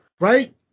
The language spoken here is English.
Right